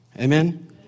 Amen